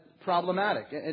problematic